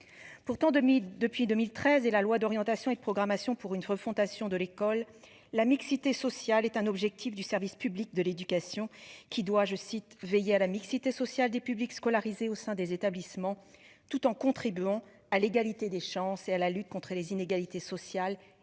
Pourtant, 2000 depuis 2013 et la loi d'orientation et de programmation pour une refondation de l'école, la mixité sociale est un objectif du service public de l'éducation qui doit, je cite, veiller à la mixité sociale des publics scolarisés au sein des établissements, tout en contribuant à l'égalité des chances et à la lutte contre les inégalités sociales et